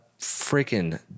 freaking